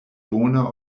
bona